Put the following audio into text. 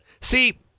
See